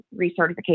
recertification